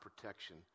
protection